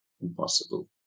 impossible